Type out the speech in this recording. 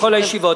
בכל הישיבות.